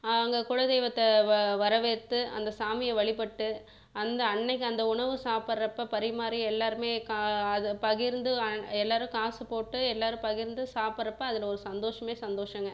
அங்கே குலதெய்வத்தை வ வரவேற்று அந்த சாமியை வழிப்பட்டு அந்த அன்னைக்கி அந்த உணவு சாப்பிடுறப்ப பரிமாறி எல்லாேருமே க அதை பகிர்ந்து எல்லாேரும் காசு போட்டு எல்லாேரும் பகிர்ந்து சாப்பிடுறப்ப அதில் ஒரு சந்தோஷமே சந்தோஷங்க